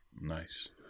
nice